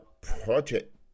project